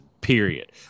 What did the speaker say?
period